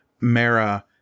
Mara